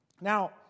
Now